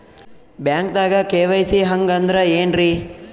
ಬ್ಯಾಂಕ್ದಾಗ ಕೆ.ವೈ.ಸಿ ಹಂಗ್ ಅಂದ್ರೆ ಏನ್ರೀ?